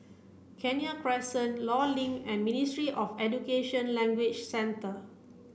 Kenya Crescent Law Link and Ministry of Education Language Centre